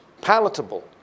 palatable